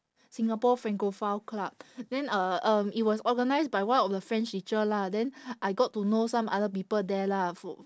singapore francophile club then uh um it was organised by one of the french teacher lah then I got to know some other people there lah f~